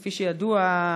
כפי שידוע,